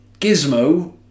Gizmo